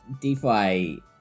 Defi